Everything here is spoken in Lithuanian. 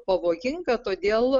pavojinga todėl